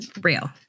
real